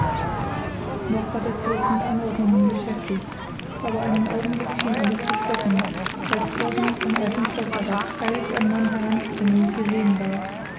noch war der fürst mit anordnungen beschäftigt aber einen augenblick schien alles zu stocken als oben vom alten schloß herab eilig ein mann heranspringend gesehen ward